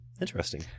Interesting